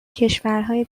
کشورهای